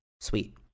sweet